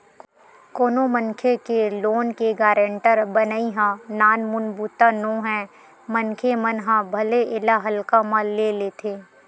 कोनो मनखे के लोन के गारेंटर बनई ह नानमुन बूता नोहय मनखे मन ह भले एला हल्का म ले लेथे